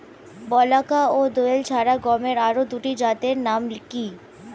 বলাকা ও দোয়েল ছাড়া গমের আরো দুটি জাতের নাম কি?